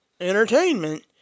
entertainment